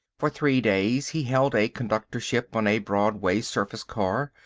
for three days he held a conductorship on a broadway surface car.